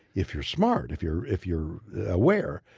if you're smart, if you're if you're aware,